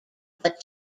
but